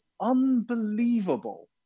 unbelievable